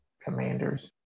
Commanders